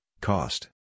cost